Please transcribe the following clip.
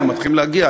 הנה מתחילים להגיע,